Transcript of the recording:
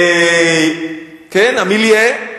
המיליה,